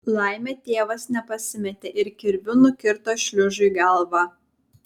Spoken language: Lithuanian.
laimė tėvas nepasimetė ir kirviu nukirto šliužui galvą